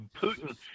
Putin